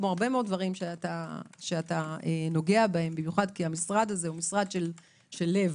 כמו הרבה דברים שאתה נוגע בהם כי זה משרד של לב.